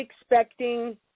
expecting